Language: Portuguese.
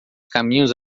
caminhos